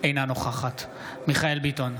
אינה נוכחת מיכאל מרדכי ביטון,